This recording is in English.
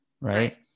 right